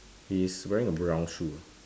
he's wearing a brown shoe ah